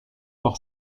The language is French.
par